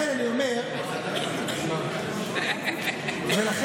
אני נהנה לדבר איתך לא כשאתה מפריע לי באמצע הדברים עם מטי צרפתי.